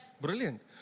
Brilliant